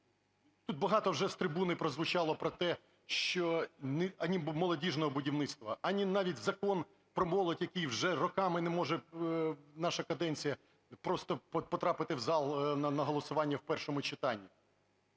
Тут багато вже з трибуни прозвучало про те, що ані молодіжного будівництва, ані навіть Закон про молодь, який вже роками не може, наше каденція, просто потрапити в зал на голосування в першому читання.